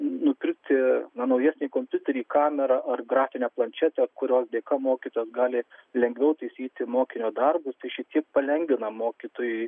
nupirkti na naujesnį kompiuterį kamerą ar grafinę planšetę kurios dėka mokytojas gali lengviau taisyti mokinio darbus tai šiek tiek palengvina mokytojui